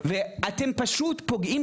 אתם מפחדים מעם ישראל,